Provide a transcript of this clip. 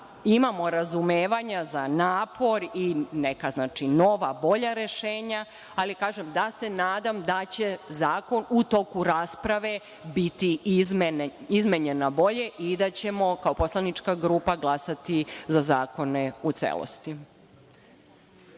imamo razumevanje za napor i neka nova, bolja rešenja, ali kažem, nadam se da će zakon u toku rasprave biti izmenjen na bolje i da ćemo kao poslanička grupa glasati za zakone u celosti.